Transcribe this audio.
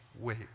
wait